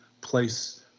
place